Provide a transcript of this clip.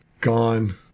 Gone